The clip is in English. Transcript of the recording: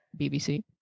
BBC